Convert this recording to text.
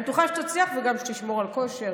אני בטוחה שתצליח ושגם תשמור על כושר,